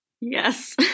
Yes